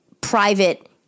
private